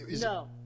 no